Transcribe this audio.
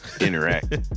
interact